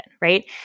right